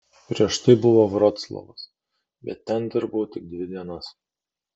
prieš tai buvo vroclavas bet ten dirbau tik dvi dienas